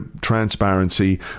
transparency